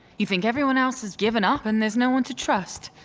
you think everyone else has given up and there's no-one to trust.